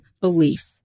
belief